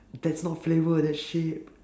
that's not flavour that's shape